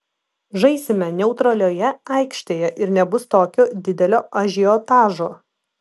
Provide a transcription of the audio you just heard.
žaisime neutralioje aikštėje ir nebus tokio didelio ažiotažo